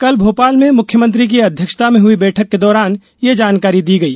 कल भोपाल में मुख्यमंत्री की अध्यक्षता में हई बैठक के दौरान ये जानकारी दी गई